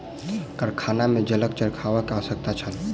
कारखाना में जलक चरखा के आवश्यकता छल